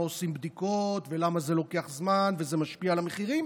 עושים בדיקות ולמה זה לוקח זמן וזה משפיע על המחירים.